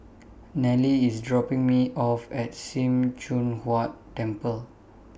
Nelly IS dropping Me off At SIM Choon Huat Temple